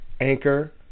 Anchor